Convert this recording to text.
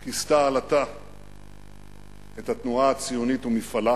כיסתה עלטה את התנועה הציונית ומפעלה.